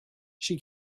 she